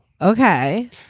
Okay